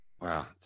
Wow